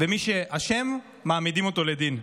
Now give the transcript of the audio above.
ומי שאשם, מעמידים אותו לדין.